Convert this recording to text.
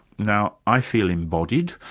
now, i feel embodied.